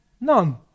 None